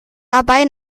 dabei